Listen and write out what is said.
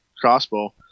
crossbow